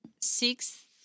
sixth